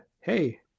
hey